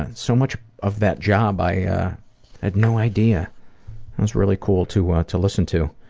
and so much of that job, i had no idea. it was really cool to ah to listen to.